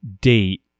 date